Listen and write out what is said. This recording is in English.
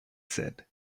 said